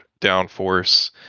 downforce